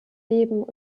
leben